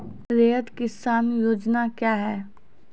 रैयत किसान योजना क्या हैं?